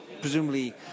presumably